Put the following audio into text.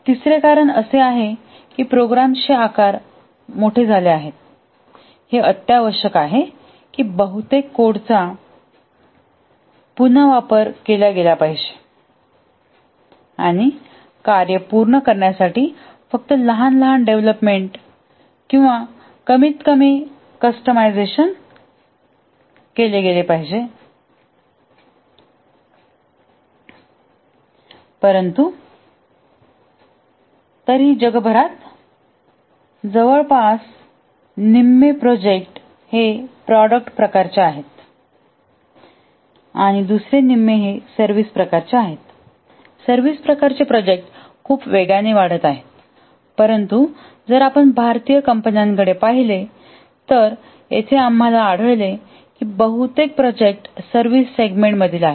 तिसरे कारण असे आहे की प्रोग्रामचे आकार मोठे झाले आहेत हे अत्यावश्यक आहे की बहुतेक कोडचा पुन्हा वापर केला गेला पाहिजे आणि कार्य पूर्ण करण्यासाठी फक्त लहान डेव्हलपमेंट आणि कमी कस्टमाइझशन केले गेले पाहिजे परंतु तरीही जगभरात जवळपास निम्मे प्रोजेक्ट हे प्रॉडक्ट प्रकार चे आहेत आणि दुसरे निम्मे हे सर्व्हिस प्रकारचे आहेत सर्व्हिस प्रकारचे प्रोजेक्ट खूप वेगाने वाढत आहेत परंतु जर आपण भारतीय कंपन्यांकडे पाहिले तर येथे आम्हाला आढळले की बहुतेक प्रोजेक्ट सर्व्हिस सेगमेंट मधील आहेत